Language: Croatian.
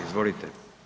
Izvolite.